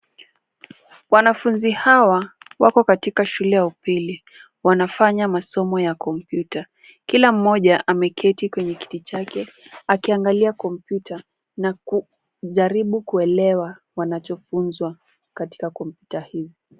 Wanafunzi hawa wako katika shule ya upili. Wanafanya masomo ya kompyuta. Kila mmoja ameketi kwenye kiti chake akiangalia kompyuta na kujaribu kuelewa wanachofunzwa katika kompyuta hii.